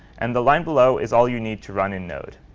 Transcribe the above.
and the line below is all you need to run in node.